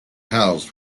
housed